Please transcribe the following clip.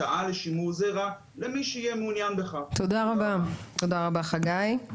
החזקה שאדם שרוצה בהמשכיות כותב את זה בכתב זו חזקה נכונה לכולם,